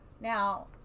Now